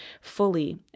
fully